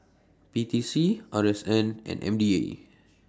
P T C R S N and M D A